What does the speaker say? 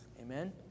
Amen